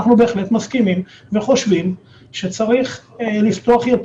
אנחנו, בהחלט, מסכימים וחושבים שצריך לפתוח יותר.